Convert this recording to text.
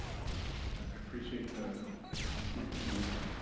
i appreciate the the smart thinking on this one.